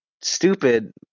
stupid